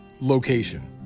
location